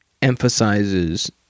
emphasizes